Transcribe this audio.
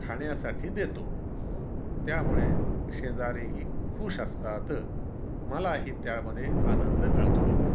खाण्यासाठी देतो त्यामुळे शेजारीही खूश असतात मलाही त्यामध्ये आनंद मिळतो